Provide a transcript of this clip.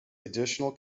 additional